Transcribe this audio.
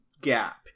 gap